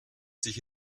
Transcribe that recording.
sich